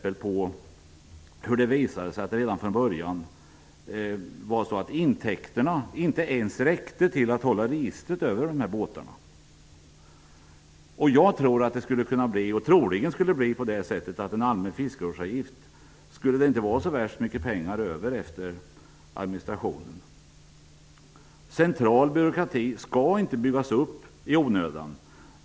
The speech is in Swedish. Intäkterna räckte inte ens från början till för förande av ett register över dessa båtar. Jag menar att det troligen inte skulle bli så mycket pengar över efter administration av en allmän fiskevårdsavgift. Central byråkrati skall inte byggas upp i onödan.